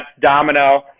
Domino